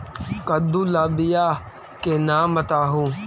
कददु ला बियाह के नाम बताहु?